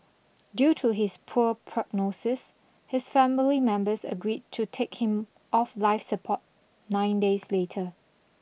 due to his poor prognosis his family members agreed to take him off life support nine days later